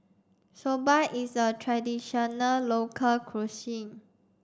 Soba is a traditional local cuisine